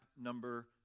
number